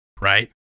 Right